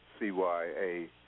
CYA